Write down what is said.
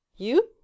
You